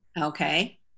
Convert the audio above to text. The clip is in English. Okay